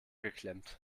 geklemmt